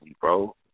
bro